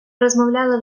розмовляли